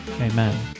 amen